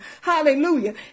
Hallelujah